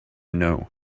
know